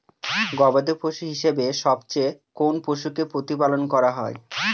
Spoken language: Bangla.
গবাদী পশু হিসেবে সবচেয়ে কোন পশুকে প্রতিপালন করা হয়?